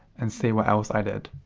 and see what else i did.